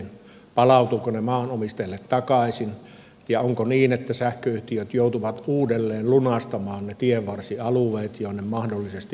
palautuvatko ne maanomistajille takaisin ja onko niin että sähköyhtiöt joutuvat uudelleen lunastamaan ne tienvarsialueet jonne mahdollisesti maakaapelit vedetään